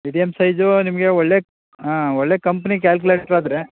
medium size ನಿಮಗೆ ಒಳ್ಳೆಯ ಹಾಂ ಒಳ್ಳೆಯ ಕಂಪ್ನಿ ಕ್ಯಾಲ್ಕ್ಯುಲೇಟ್ರಾದರೆ